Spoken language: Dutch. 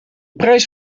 prijs